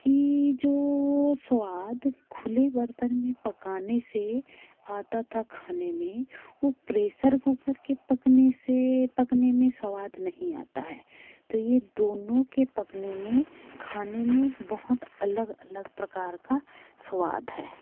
कि जो स्वाद खुले बर्तन में पकाने से आता था खाने में वो प्रेसर कुकर के पकने से पकने में स्वाद नहीं आता है तो ये दोनों के पकने में खाने में बहुत अलग अलग प्रकार का स्वाद है